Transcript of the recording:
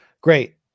Great